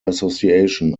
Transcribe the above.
association